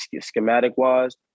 schematic-wise